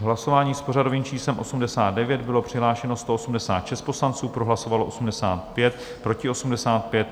Hlasování s pořadovým číslem 89, bylo přihlášeno 186 poslanců, pro hlasovalo 85, proti 85.